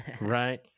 Right